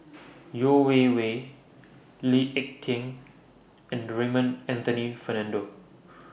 Yeo Wei Wei Lee Ek Tieng and Raymond Anthony Fernando